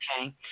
Okay